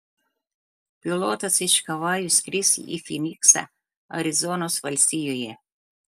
pilotas iš havajų skris į fyniksą arizonos valstijoje